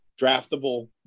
draftable